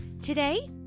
Today